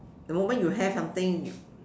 the moment you have something you